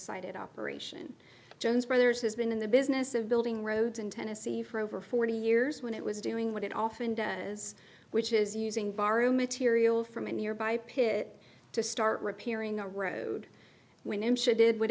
cited operation jones brothers has been in the business of building roads in tennessee for over forty years when it was doing what it often does which is using borrow material from a nearby pit to start repairing a road when i'm sure did w